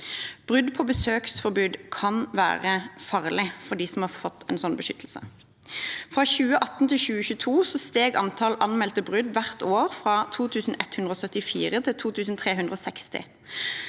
Brudd på besøksforbud kan være farlig for dem som har fått slik beskyttelse. Fra 2018 til 2022 steg antall anmeldte brudd hvert år, fra 2 174 til 2 360.